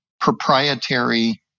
proprietary